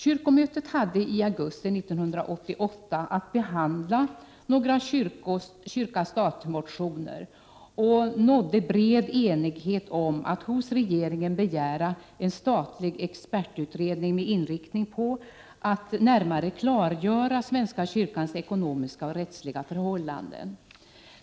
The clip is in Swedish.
Kyrkomötet behandlade i augusti 1988 några kyrka-stat-motioner, och man nådde bred enighet om att hos regeringen begära en statlig expertutredning med inriktning på att närmare klargöra svenska kyrkans ekonomiska och rättsliga förhållanden.